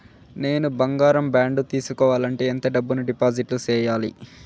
నేను బంగారం బాండు తీసుకోవాలంటే ఎంత డబ్బును డిపాజిట్లు సేయాలి?